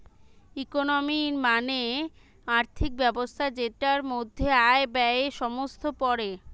economy মানে আর্থিক ব্যবস্থা যেটার মধ্যে আয়, ব্যয়ে সমস্ত পড়ে